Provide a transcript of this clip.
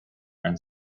and